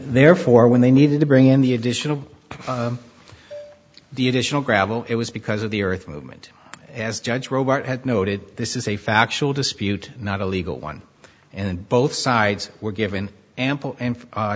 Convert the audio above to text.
therefore when they needed to bring in the additional the additional gravel it was because of the earth movement as judge robert had noted this is a factual dispute not a legal one and both sides were given ample